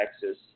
Texas